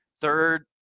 third